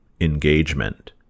engagement